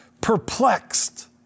Perplexed